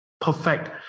perfect